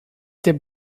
der